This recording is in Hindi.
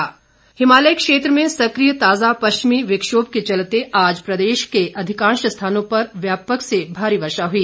मौसम हिमालय क्षेत्र में सक्रिय ताजा पश्चिमी विक्षोभ के चलते आज प्रदेश में अधिकांश स्थानों पर व्यापक से भारी वर्षा हुई